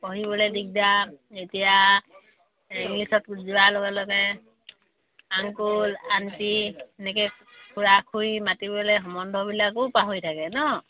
পঢ়িবলে দিগদাৰ এতিয়া ইংলিছত যোৱাৰ লগে লগে আংকুল আন্টি এনেকে খুড়া খুড়ী মাতিবলে সম্বন্ধবিলাকো পাহৰি থাকে ন